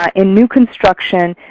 ah a new construction